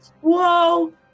Whoa